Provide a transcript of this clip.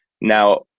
Now